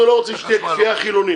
אנחנו לא רוצים כפייה חילונית.